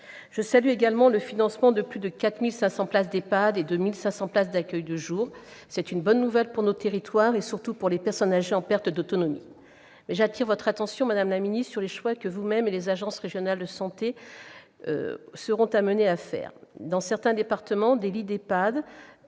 Je salue également le financement de plus de 4 500 places d'EHPAD et de 1 500 places d'accueil de jour. C'est une bonne nouvelle pour nos territoires et pour les personnes âgées en perte d'autonomie. Mais j'appelle votre attention, madame la ministre, sur les choix que vous-même et les agences régionales de santé serez amenés à faire. Dans certains départements, des lits d'EHPAD